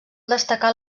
destacar